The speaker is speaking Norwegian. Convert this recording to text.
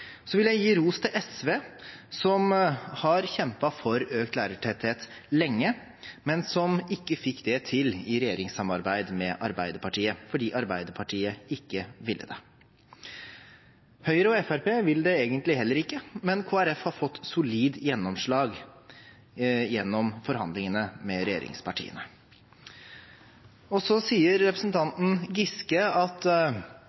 Så vil jeg gi ros til SV, som har kjempet for økt lærertetthet lenge, men som ikke fikk det til i regjeringssamarbeid med Arbeiderpartiet – fordi Arbeiderpartiet ikke ville det. Høyre og Fremskrittspartiet vil det egentlig heller ikke, men Kristelig Folkeparti har fått solid gjennomslag gjennom forhandlingene med regjeringspartiene. Så sier